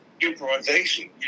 improvisation